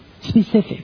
specific